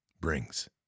brings